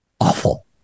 awful